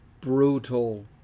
brutal